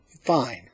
fine